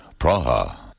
Praha